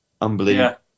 Unbelievable